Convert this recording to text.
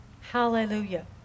Hallelujah